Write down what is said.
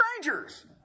strangers